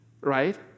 Right